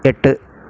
எட்டு